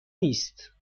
نیست